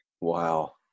Wow